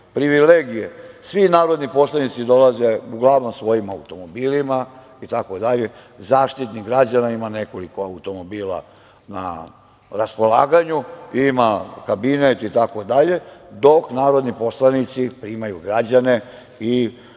svi narodni poslanici dolaze uglavnom svojim automobilima, Zaštitnik građana ima nekoliko automobila na raspolaganju, ima kabinet, dok narodni poslanici primaju građane i podnose